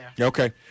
Okay